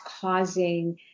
causing